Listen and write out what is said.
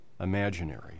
imaginary